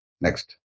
Next